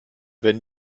wenn